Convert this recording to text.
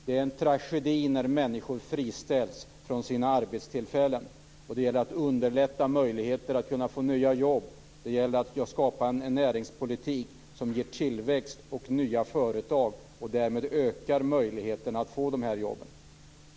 Det är en tragedi när människor friställs från sina arbeten, och det gäller att underlätta möjligheter att få nya jobb och att skapa en näringspolitik som ger tillväxt och nya företag, vilket därmed ökar möjligheten att få jobben.